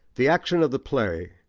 the action of the play,